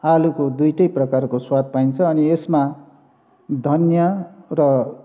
आलुको दुईटै प्रकारको स्वाद पाइन्छ अनि यसमा धनियाँ र